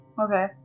okay